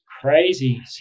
crazy